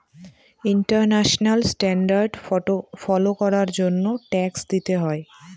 international standard follow করার জন্য tax দিতে হয়